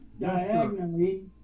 Diagonally